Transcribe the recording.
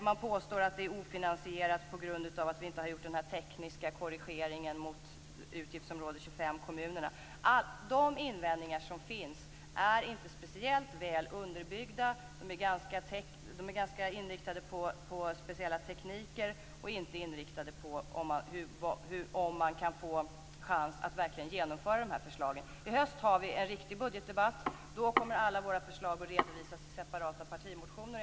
Man påstår att våra förslag är ofinansierade på grund av att vi inte har gjort den tekniska korrigeringen mot utgiftsområde 25, kommunerna. De invändningar som finns är inte speciellt väl underbyggda. De är ganska inriktade på speciella tekniker och inte inriktade på om det finns möjlighet att verkligen genomföra dessa förslag. I höst har vi en riktig budgetdebatt. Då kommer alla våra förslag att redovisas i separata partimotioner.